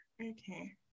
Okay